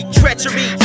treachery